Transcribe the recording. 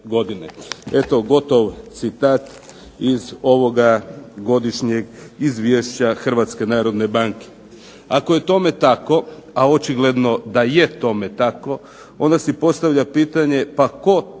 Eto, gotov citat iz ovoga godišnjeg izvješća HNB-a. Ako je tome tako, a očigledno da je tome tako, onda si postavljam pitanje pa tko pod